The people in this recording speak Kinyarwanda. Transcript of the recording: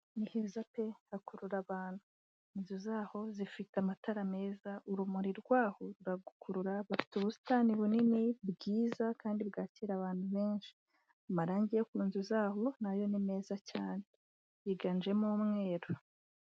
Ni heza pe hakurura abantu. Inzu zaho zifite amatara meza, urumuri rwaho ruragukurura, bafite ubusitani bunini bwiza, kandi bwakira abantu benshi. Amarange yo ku nzu zaho, nayo ni meza cyane. Yiganjemo umweru.